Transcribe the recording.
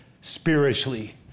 spiritually